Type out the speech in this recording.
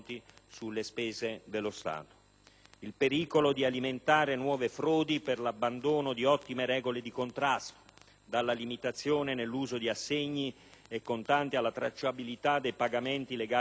il pericolo di alimentare nuove frodi per l'abbandono di ottime regole di contrasto, dalla limitazione nell'uso di assegni e contanti, alla tracciabilità dei pagamenti legati agli elenchi clienti e fornitori.